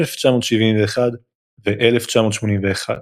1971 ו-1981.